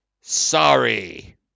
Sorry